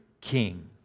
king